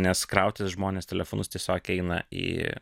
nes krautis žmonės telefonus tiesiog eina į